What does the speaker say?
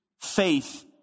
faith